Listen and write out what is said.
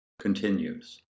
continues